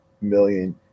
million